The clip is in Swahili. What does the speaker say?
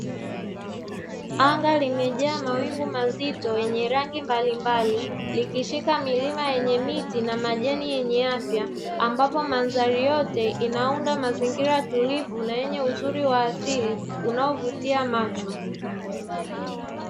Anga limejaa mawingu mazito yenye rangi mbalimbali, likishika milima yenye miti na majani yenye afya, ambapo mandhari yote inaunda mazingira tulivu na yenye uzuri wa asili unaovutia macho.